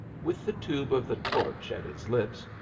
with the tube of the torch at his lips,